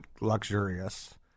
luxurious